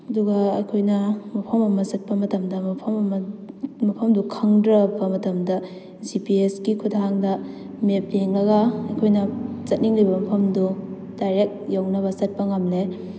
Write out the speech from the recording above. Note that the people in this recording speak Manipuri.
ꯑꯗꯨꯒ ꯑꯩꯈꯣꯏꯅ ꯃꯐꯝ ꯑꯃ ꯆꯠꯄ ꯃꯇꯝꯗ ꯃꯐꯝ ꯑꯃ ꯃꯐꯝꯗꯨ ꯈꯪꯗ꯭ꯔꯕ ꯃꯇꯝꯗ ꯖꯤ ꯄꯤ ꯑꯦꯁꯀꯤ ꯈꯨꯊꯥꯡꯗ ꯃꯦꯞ ꯌꯦꯡꯉꯒ ꯑꯩꯈꯣꯏꯅ ꯆꯠꯅꯤꯡꯏꯕ ꯃꯐꯝꯗꯨ ꯗꯥꯏꯔꯦꯛ ꯌꯧꯅꯕ ꯆꯠꯄ ꯉꯝꯃꯦ